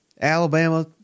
Alabama